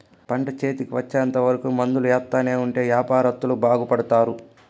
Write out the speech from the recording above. పంట చేతికి వచ్చేంత వరకు మందులు ఎత్తానే ఉంటే యాపారత్తులు బాగుపడుతారు